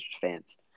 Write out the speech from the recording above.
fans